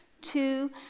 Two